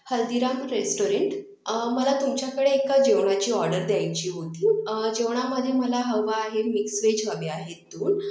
Haldiram restaurant मला तुमच्याकडे एका जेवणाची ऑडर द्यायची होती जेवणामध्ये मला हवं आहे मिक्स वेज हवे आहेत दोन